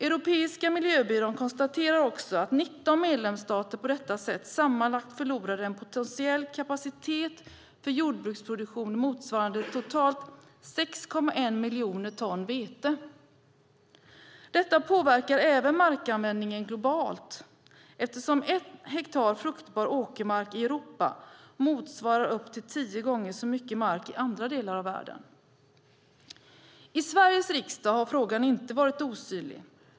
Europeiska miljöbyrån konstaterar också att 19 medlemsstater på detta sätt sammanlagt förlorar en potentiell kapacitet för jordbruksproduktion motsvarande totalt 6,1 miljoner ton vete. Detta påverkar även markanvändningen globalt, eftersom ett hektar fruktbar åkermark i Europa motsvarar upp till tio gånger så mycket mark i andra delar av världen. I Sveriges riksdag har inte frågan varit osynlig.